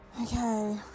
okay